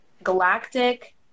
Galactic